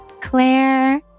Claire